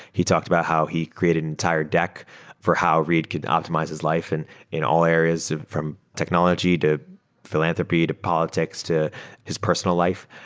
he talked about how he created an entire deck for how reid could optimize his life and in all areas, from technology, to philanthropy, to politics, to his personal life.